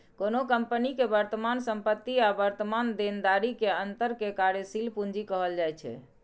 कोनो कंपनी के वर्तमान संपत्ति आ वर्तमान देनदारी के अंतर कें कार्यशील पूंजी कहल जाइ छै